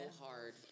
hard